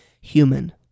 human